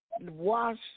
wash